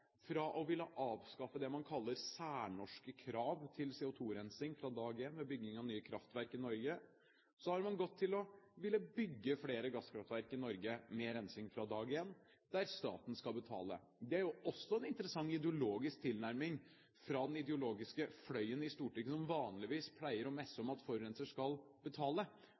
fra å ville avskaffe det man kaller særnorske krav til CO2-rensing fra dag én ved bygging av nye kraftverk i Norge, til å ville bygge flere gasskraftverk i Norge med rensing fra dag én, der staten skal betale. Det er jo også en interessant ideologisk tilnærming fra den ideologiske fløyen i Stortinget, som vanligvis pleier å messe om at forurenser skal betale,